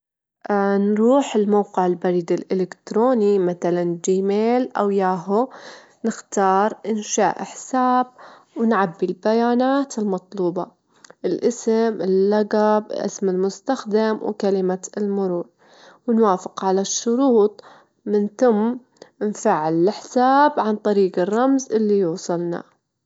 أحب شهر لي أحبه هو شهر ديسمبر، الجو بارد، منوسط البرودة، ويريح الأعصاب، وتصير فيه المناسبات والأعياد، أحب الأجواء الشتوية مرة، وأجواء الأحتفال اللي بتصير في الشتا